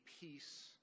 peace